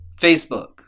Facebook